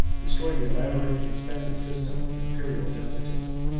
destroyed the elaborate and expensive system of imperial despotism.